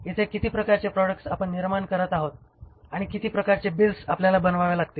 इथे किती प्रकारचे प्रॉडक्ट्स आपण निर्माण करत आहोत आणि किती प्रकारचे बिल्स आपल्याला बनवावे लागतील